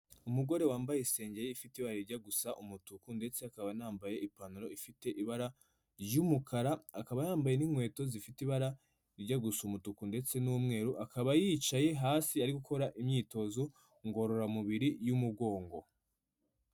Umugore wambaye isengeri ifite ibara rijya gusa umutuku ndetse akaba anambaye ipantaro ifite ibara ry'umukara, akaba yambaye n'inkweto zifite ibara rijya gusa umutuku ndetse n'umweru, akaba yicaye hasi ari gukora imyitozo ngororamubiri y'umugogo.